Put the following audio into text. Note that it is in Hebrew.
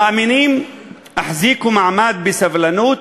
המאמינים, החזיקו מעמד בסבלנות